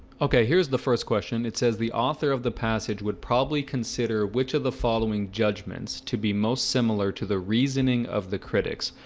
okay, here's the first question it says the author of the passage would probably consider which of the following judgments to be most similar to the reasoning of the critics.